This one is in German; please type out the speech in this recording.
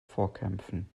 vorkämpfen